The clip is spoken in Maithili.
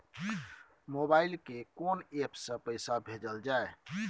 मोबाइल के कोन एप से पैसा भेजल जाए?